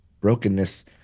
brokenness